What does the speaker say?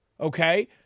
okay